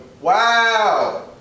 Wow